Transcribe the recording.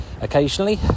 occasionally